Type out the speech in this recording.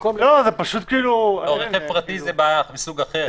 לא, רכב פרטי זה מסוג אחר.